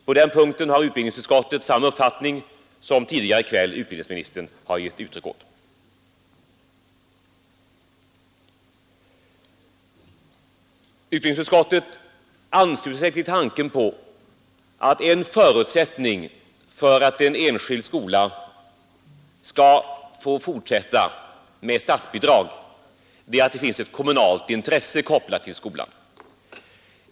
På den punkten har utbildningsutskottet samma uppfattning som utbildningsministern tidigare i kväll har givit uttryck åt. Utbildningsutskottet ansluter sig till tanken att förutsättningen för att en enskild skola skall erhålla statsbidrag är att det finns ett kommunalt intresse kopplat till skolan.